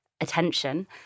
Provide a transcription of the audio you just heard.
attention